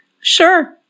Sure